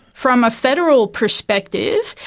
from a federal perspective,